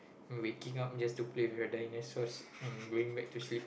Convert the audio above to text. waking up just to play with your dinosaurs and going back to sleep